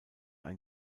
ein